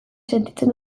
sentitzen